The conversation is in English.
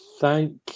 Thank